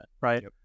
right